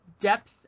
depth